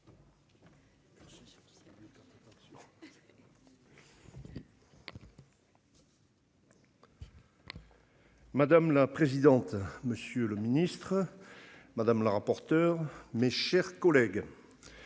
Madame la présidente. Monsieur le Ministre. Madame la rapporteure. Mes chers collègues.